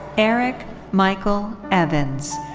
eric michael evans.